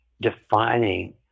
defining